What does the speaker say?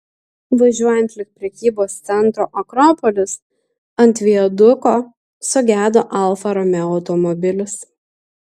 važiuojant link prekybos centro akropolis ant viaduko sugedo alfa romeo automobilis